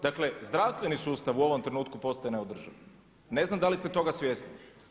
Dakle zdravstveni sustav u ovom trenutku postaje neodrživ, ne znam da li ste toga svjesni.